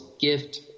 Gift